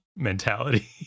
mentality